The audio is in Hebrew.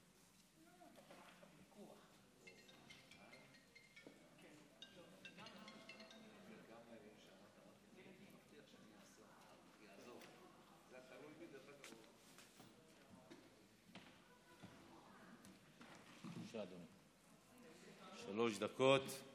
שלוש דקות,